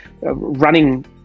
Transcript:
running